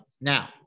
Now